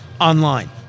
online